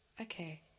okay